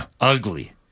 ugly